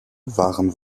waren